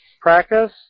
Practice